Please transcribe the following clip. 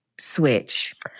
switch